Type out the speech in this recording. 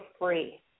free